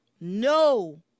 no